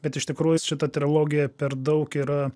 bet iš tikrųjų šita trilogija per daug yra